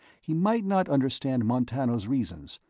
he might not understand montano's reasons,